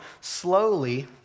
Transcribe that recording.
slowly